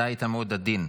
אתה היית עדין מאוד,